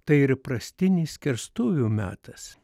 tai ir įprastinis skerstuvių metas